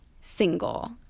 single